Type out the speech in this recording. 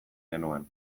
genuen